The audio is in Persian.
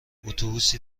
اتوبوسی